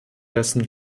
dessen